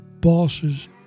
bosses